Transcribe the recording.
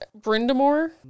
Brindamore